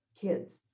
kids